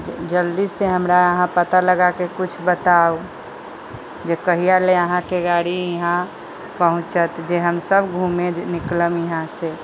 जल्दी से हमरा अहाँ पता लगाके कुछ बताउ जे कहिया ले अहाँके गाड़ी यहाँ पहुँचत जे हमसब घूमे निकलब यहाँ से